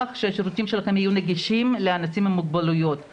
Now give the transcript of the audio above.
שהשירותים שלכם יהיו נגישים לאנשים עם מוגבלויות.